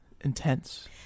Intense